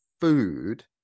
food